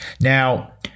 Now